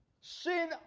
Sin